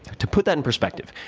to put that in perspective,